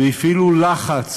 והפעילו לחץ